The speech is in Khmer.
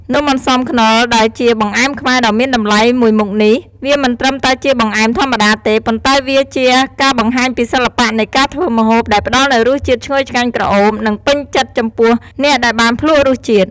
នំអន្សមខ្នុរ ដែលជាបង្អែមខ្មែរដ៏មានតម្លៃមួយមុខនេះ វាមិនត្រឹមតែជាបង្អែមធម្មតាទេ ប៉ុន្តែវាជាការបង្ហាញពីសិល្បៈនៃការធ្វើម្ហូប ដែលផ្តល់នូវរសជាតិឈ្ងុយឆ្ងាញ់ក្រអូប និងពេញចិត្តចំពោះអ្នកដែលបានភ្លក្សរសជាតិ។